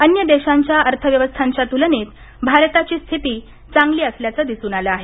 अन्य देशांच्या अर्थव्यवस्थांच्या तुलनेत भारताची स्थिती चांगली असल्याचं दिसून आलं आहे